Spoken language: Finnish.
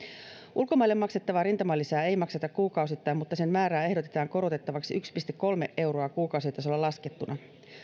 ulkomaille maksettavaa rintamalisää ei makseta kuukausittain mutta sen määrää ehdotetaan korotettavaksi yksi pilkku kolme euroa kuukausitasolla laskettuna